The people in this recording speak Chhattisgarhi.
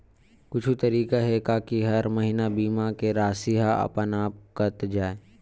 कुछु तरीका हे का कि हर महीना बीमा के राशि हा अपन आप कत जाय?